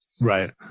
Right